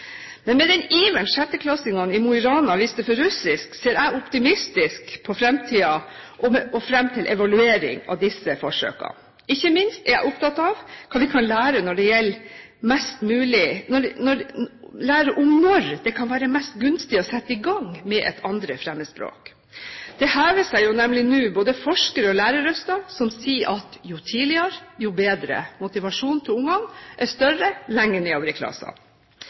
Men med den iveren 6.-klassingene i Mo i Rana viste for russisk, ser jeg optimistisk fram til evalueringen av disse forsøkene. Ikke minst er jeg opptatt av hva vi kan lære om når det er mest gunstig å sette i gang med et andre fremmedspråk. Det hever seg nemlig nå både forsker- og lærerrøster som sier: Jo tidligere, jo bedre. Motivasjonen hos barna er større lenger nedover i